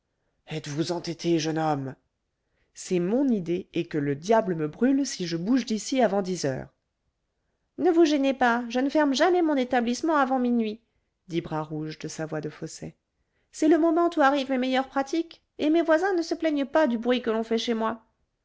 êtes-vous entêté jeune homme c'est mon idée et que le diable me brûle si je bouge d'ici avant dix heures ne vous gênez pas je ne ferme jamais mon établissement avant minuit dit bras rouge de sa voix de fausset c'est le moment où arrivent mes meilleures pratiques et mes voisins ne se plaignent pas du bruit que l'on fait chez moi